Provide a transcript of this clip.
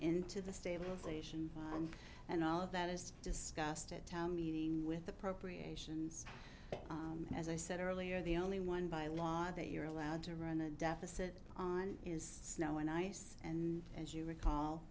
into the stabilization and all of that is discussed at town meeting with appropriations and as i said earlier the only one by law that you're allowed to run a deficit on is snow and ice and as you recall